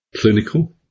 clinical